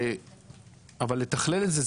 אבל לתכלל את זה,